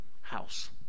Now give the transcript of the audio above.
house